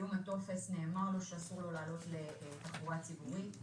בסיום הטופס נאמר לו שאסור לו לעלות לתחבורה ציבורית.